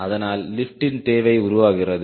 அதனால் லிப்ட்டின் தேவை உருவாகிறது